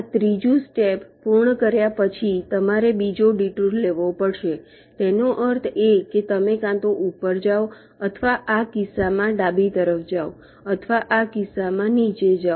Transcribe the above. આ ત્રીજું સ્ટેપ પૂર્ણ કર્યા પછી તમારે બીજો ડિટુર લેવો પડશે તેનો અર્થ એ કે તમે કાં તો ઉપર જાઓ અથવા આ કિસ્સામાં ડાબી તરફ જાઓ અથવા આ કિસ્સામાં નીચે જાઓ